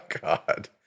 God